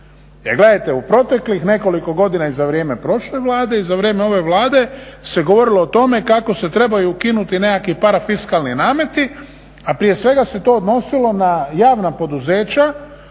Jer gledajte u proteklih nekoliko godina i za vrijeme prošle Vlade i za vrijeme ove Vlade se govorilo o tome kako se trebaju ukinuti nekakvi parafiskalni nameti a prije svega se to odnosilo na javna poduzeća